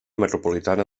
metropolitana